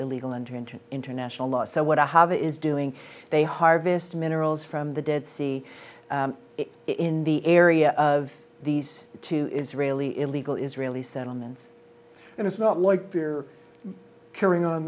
illegal entry into international law so what i have is doing they harvest minerals from the dead sea in the area of these two israeli illegal israeli settlements and it's not like you're carrying on